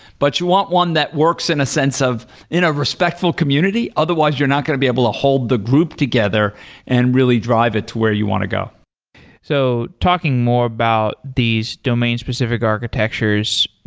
but you want one that works in a sense of in a respectful community, otherwise you're not going to be able to hold the group together and really drive it to where you want to go so talking more about these domain-specific architectures,